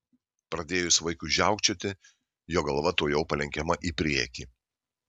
pradėjus vaikui žiaukčioti jo galva tuojau palenkiama į priekį